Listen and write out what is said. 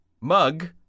mug